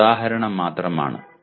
ഇത് ഒരു ഉദാഹരണം മാത്രമാണ്